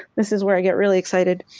this is where i get really excited,